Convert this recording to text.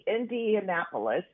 Indianapolis